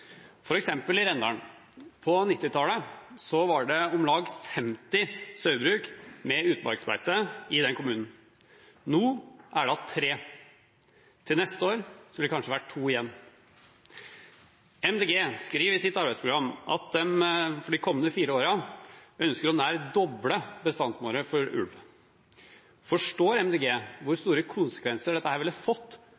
I f.eks. Rendalen var det på 1990-tallet om lag 50 sauebruk med utmarksbeite i den kommunen. Nå er det tre igjen. Til neste år vil det kanskje være to igjen. Miljøpartiet De Grønne skriver i sitt arbeidsprogram at de for de kommende fire årene ønsker å nær doble bestandsmålet for ulv. Forstår Miljøpartiet De Grønne hvor